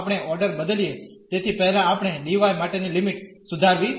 તેથી પહેલા આપણે d y માટેની લિમિટ સુધારવી પડશે